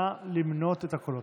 נא למנות את הקולות,